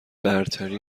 برتری